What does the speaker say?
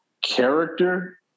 character